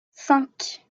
cinq